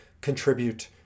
contribute